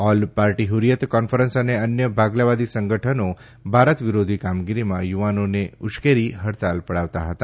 all party Hurriyat conference અને અન્ય ભાગલાવાદી સંગઠનો ભારત વિરોધી કામગીરીમાં યુવાનોને ઉશ્કેરી હડતાળ પડાવતા હતા